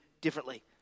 differently